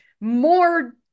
more